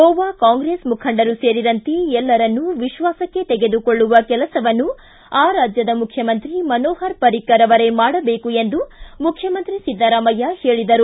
ಗೋವಾ ಕಾಂಗ್ರೆಸ್ ಮುಖಂಡರು ಸೇರಿದಂತೆ ಎಲ್ಲರನ್ನೂ ವಿಶ್ವಾಸಕ್ಕೆ ತೆಗೆದುಕೊಳ್ಳುವ ಕೆಲಸವನ್ನು ಆ ರಾಜ್ಯದ ಮುಖ್ಯಮಂತ್ರಿ ಮನೋಹರ್ ಪರಿಕ್ಷರ್ ಅವರೇ ಮಾಡಬೇಕು ಎಂದು ಮುಖ್ಯಮಂತ್ರಿ ಸಿದ್ದರಾಮಯ್ಯ ಹೇಳಿದರು